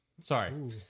Sorry